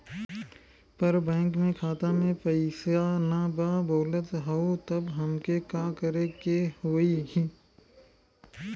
पर बैंक मे खाता मे पयीसा ना बा बोलत हउँव तब हमके का करे के होहीं?